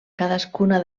cadascuna